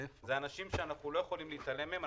אלה אנשים שאנחנו לא יכולים להתעלם מהם.